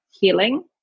healing